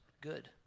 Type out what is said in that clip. good